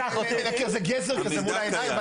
זה גזר כזה מול העיניים,